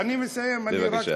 אני מסיים, בבקשה.